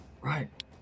Right